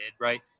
right